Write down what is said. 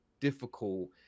difficult